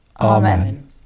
Amen